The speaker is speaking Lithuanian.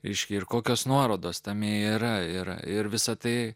aiškiai ir kokios nuorodos tame yra ir ir visa tai